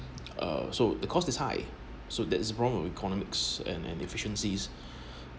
uh so the cost is high so that's a problem of economics and and efficiencies